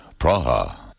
Praha